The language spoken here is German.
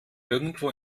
irgendwo